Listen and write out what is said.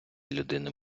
людини